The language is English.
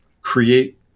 create